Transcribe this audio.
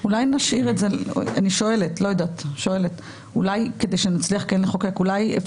שואל אותך היועץ